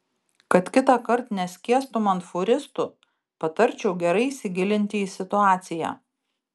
kad kitąkart neskiestum ant fūristų patarčiau gerai įsigilinti į situaciją